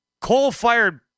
coal-fired